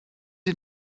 sie